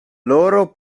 loro